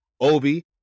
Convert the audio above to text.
Obi